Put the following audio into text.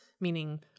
meaning